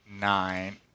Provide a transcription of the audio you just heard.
nine